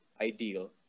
ideal